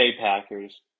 Packers